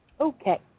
Okay